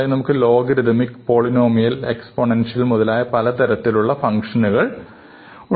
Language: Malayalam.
അതായത് നമുക്ക് ലോഗരിതമിക് പോളിനോമിയൽ എക്സ്പോണേൻഷ്യൽ മുതലായ പലതരത്തിലുള്ള ഉള്ള ഫംഗ്ഷനുകൾ ഉണ്ട്